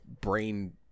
brain